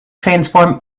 transform